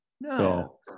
No